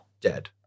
Dead